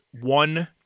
one